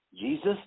Jesus